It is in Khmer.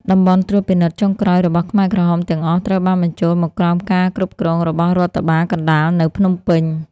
តំបន់ត្រួតពិនិត្យចុងក្រោយរបស់ខ្មែរក្រហមទាំងអស់ ត្រូវបានបញ្ចូលមកក្រោមការគ្រប់គ្រងរបស់រដ្ឋបាលកណ្តាលនៅភ្នំពេញ។